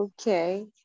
Okay